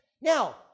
Now